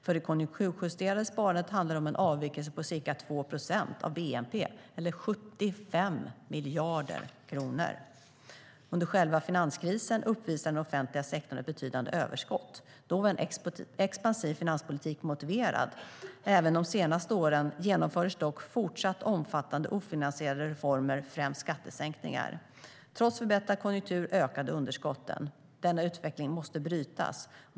För det konjunkturjusterade sparandet handlade det om en avvikelse på ca 2 procent av bnp eller 75 miljarder kronor. Under själva finanskrisen uppvisade den offentliga sektorn ett betydande överskott. Då var en expansiv finanspolitik motiverad. Även de senaste åren genomfördes dock fortsatta omfattande ofinansierade reformer, främst skattesänkningar. Trots förbättrad konjunktur ökade underskotten. Denna utveckling måste brytas.